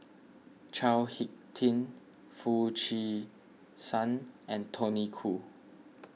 Chao Hick Tin Foo Chee San and Tony Khoo